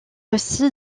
aussi